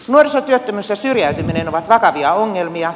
nuorisotyöttömyys ja syrjäytyminen ovat vakavia ongelmia